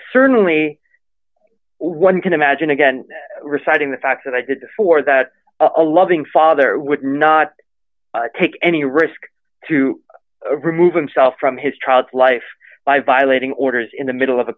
certainly one can imagine again reciting the fact that i did before that a loving father would not take any risk to remove himself from his child's life by violating orders in the middle of a